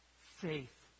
faith